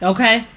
Okay